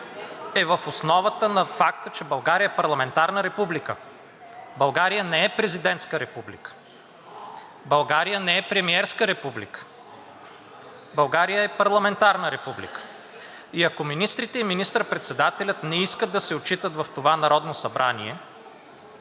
е в основата на факта, че България е парламентарна република. България не е президентска република. България не е премиерска република. България е парламентарна република. И ако министрите и министър-председателят не искат да се отчитат в това Народно събрание,